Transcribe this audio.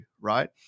Right